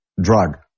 drug